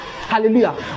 Hallelujah